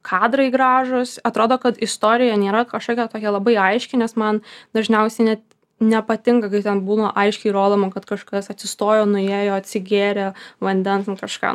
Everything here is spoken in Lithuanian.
kadrai gražūs atrodo kad istorija nėra kažkokia tokia labai aiški nes man dažniausiai net nepatinka kai ten būna aiškiai rodoma kad kažkas atsistojo nuėjo atsigėrė vandens nu kažką